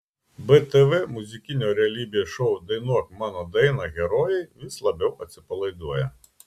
btv muzikinio realybės šou dainuok mano dainą herojai vis labiau atsipalaiduoja